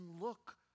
look